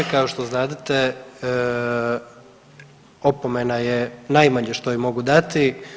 Kao što znadete opomena je najmanje što joj mogu dati.